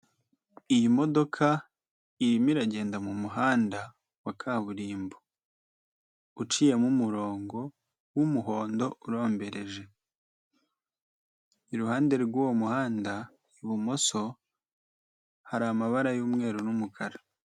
Iyi modoka irimo iragenda mu muhanda wa kaburimbo, uciyemo umurongo w'umuhondo urombereje. Iruhande rw'uwo muhanda ibumoso hari amabara y'umweru n'umukara.